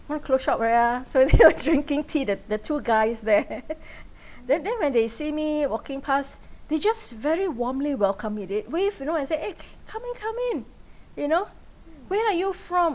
want to close shop already ah so they were drinking tea the the two guys there then then when they see me walking pass they just very warmly welcomed me they wave you know and said eh come in come in you know where are you from